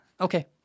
okay